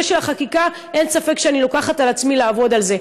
בנושא של החקיקה אין ספק שאני לוקחת על עצמי לעבוד על זה,